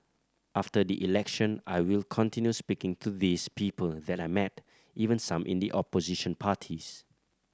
after the election I will continue speaking to these people that I met even some in the opposition parties